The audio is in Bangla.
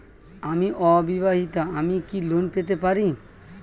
আমি অবিবাহিতা আমি কি লোন পেতে পারি?